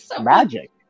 Magic